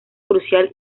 crucial